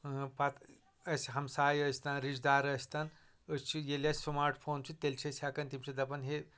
پتہٕ أسۍ ہمسایہِ ٲسۍ تن رشتہٕ دار ٲسۍ تن أسۍ چھِ ییٚلہِ اسہِ سمارٹ فون چھِ تیٚلہِ چھِ أسۍ ہٮ۪کان تِم چھِ دپان ہے